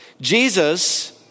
Jesus